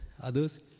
others